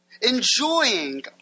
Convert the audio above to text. Enjoying